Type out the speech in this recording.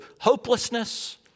hopelessness